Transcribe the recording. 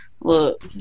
look